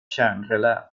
kärnrelä